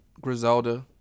Griselda